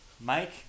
Mike